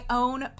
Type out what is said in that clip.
own